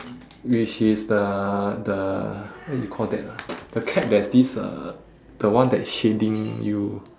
which is the the what you call that ah the cap there's this uh the one that is shading you